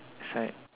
it's like